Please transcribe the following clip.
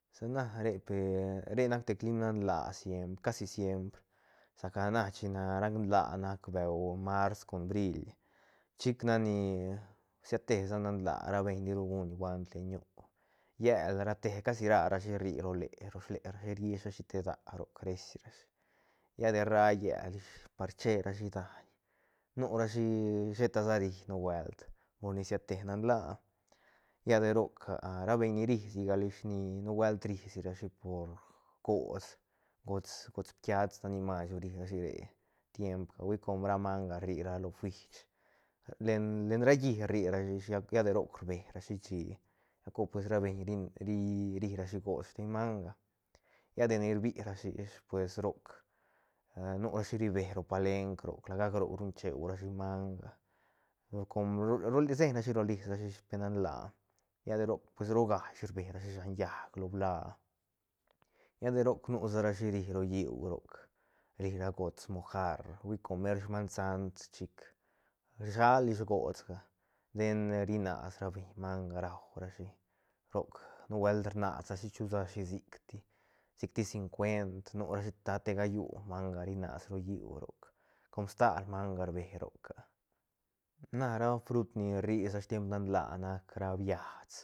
Sana re per re nac te clim nan laa siempre casi siempr saca na chine rac nlaa rac beu mars con bríl chic nac ni siad tesa nan laa rabeñ turu guñ huant len ñu llel rate casi ra rashi rri lo slerashi riishrashi te dä roc reis rashi lla de ra lleil ish par cherashi daiñ nurashi sheta sa ri nubuelt por ni siate nan laa lla de roc ra beiñ ni ri sigal ish ni nubuelt ri si rashi por gots- gost- gost ptiats nac ni masru ri rashi re tiempga hui com ra manga rri ra lo fuish len- len ra llí rri rashi ish lla de roc rbe shi shi lla cor pues ra beñ ri- ri- ri rashi gots steñ manga lla de ni rbirashi ish pues roc nurashi ri be ro palenqu roc la gac roc ruñcheurashi manga gol com rseñrashi rolis rashi ish pe nan laa lla de roc pues roga ish rberashi shan llaäc lo blá lla de roc nusa rashi ri ro lliú roc ri ra gost mojar hui com mer sman sant chic rshal ish gotsga den ri nas beiñ manga raurashi roc nubuelt rnasrashi chusa shi sicti sic ti cincuent nurashi ta sa tegallú manga ri nas ro lliú roc com stal manga rbe roc a na ra frut ni rri sa tiemp nan laa nac ra biats